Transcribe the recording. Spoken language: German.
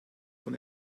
von